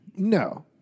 No